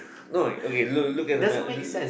no okay loo~ look at the mic